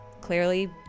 clearly